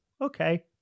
Okay